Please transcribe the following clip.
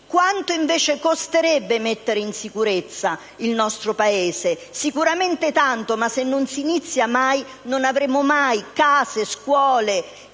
Quanto, invece, costerebbe mettere in sicurezza il nostro Paese? Sicuramente tanto, ma se non si inizia mai non avremo mai case, scuole,